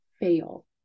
fail